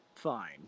fine